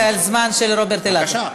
זה על זמן של רוברט אילטוב.